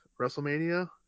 WrestleMania